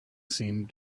seemed